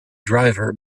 driver